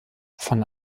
von